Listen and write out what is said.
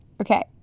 Okay